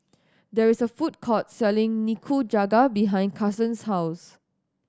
there is a food court selling Nikujaga behind Carsen's house